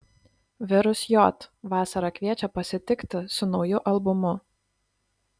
virus j vasarą kviečia pasitikti su nauju albumu